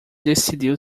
decidiu